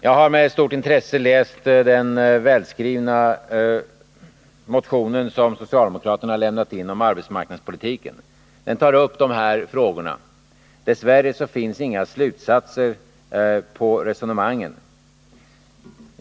Jag har med stort intresse läst den välskrivna motion som socialdemokraterna lämnat in om arbetsmarknadspolitiken. Den tar upp de här frågorna. Dess värre finns inga slutsatser beträffande resonemangen.